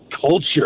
culture